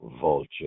vulture